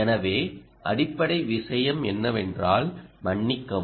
எனவே அடிப்படை விஷயம் என்னவென்றால் மன்னிக்கவும்